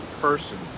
person